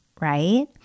right